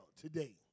today